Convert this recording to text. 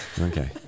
okay